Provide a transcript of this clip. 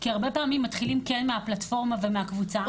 כי הרבה פעמים כן מתחילים מהפלטפורמה ומהקבוצה,